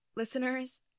Listeners